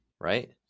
right